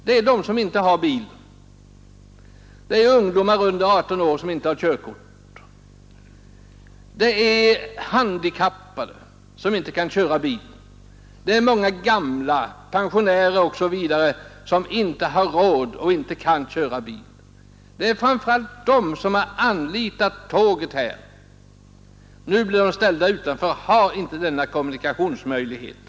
Det gäller särskilt personer utan bil, dvs. ungdomar under 18 år som inte har körkort, handikappade som inte kan köra bil och många gamla pensionärer osv., som inte har råd att eller som inte kan köra bil. Det är framför allt dessa kategorier som har anlitat tåget. De berövas nu denna kommunikationsmöjlighet.